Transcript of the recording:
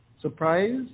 Surprise